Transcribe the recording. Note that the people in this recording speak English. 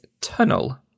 Tunnel